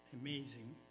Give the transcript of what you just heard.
amazing